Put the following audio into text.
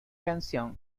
canción